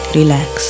relax